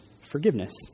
forgiveness